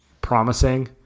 promising